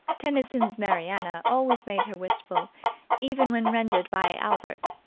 tennyson's mariana always made her wistful even when rendered by albert.